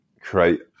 create